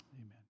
amen